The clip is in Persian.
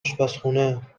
اشپزخونه